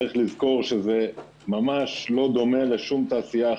צריך לזכור שזה ממש לא דומה לשום תעשייה אחרת.